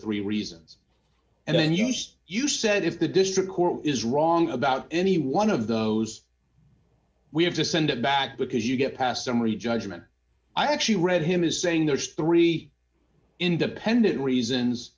three reasons and then used you said if the district court is wrong about any one of those we have to send it back because you get past summary judgment i actually read him as saying there's three independent reasons